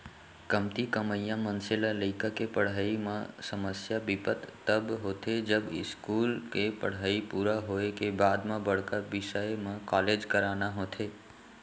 कमती कमइया मनसे ल लइका के पड़हई म समस्या बिपत तब होथे जब इस्कूल के पड़हई पूरा होए के बाद म बड़का बिसय म कॉलेज कराना होथे